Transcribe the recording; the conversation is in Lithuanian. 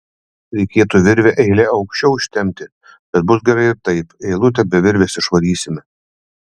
reikėtų virvę eile aukščiau ištempti bet bus gerai ir taip eilutę be virvės išvarysime